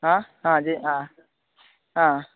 ಹಾಂ ಹಾಂ ಅದೆ ಹಾಂ ಹಾಂ